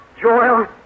Joel